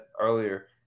earlier